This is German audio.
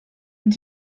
und